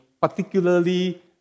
particularly